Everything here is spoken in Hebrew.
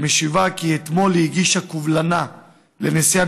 היא משיבה כי אתמול היא הגישה קובלנה לנשיאת